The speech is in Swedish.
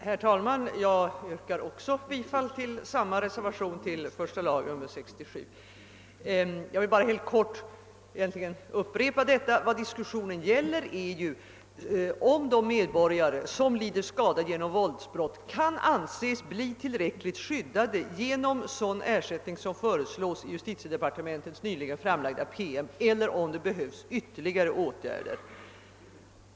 Herr talman! Jag yrkar bifall till samma reservation. Jag vill bara helt kort utveckla densamma. Vad diskussionen gäller är ju om de medborgare, som lider skada genom våldsbrott, kan anses tillräckligt skyddade genom den ersättning, som föreslås i justitiedepartementets nyligen framlagda PM, eller om det behövs ytterligare åtgärder.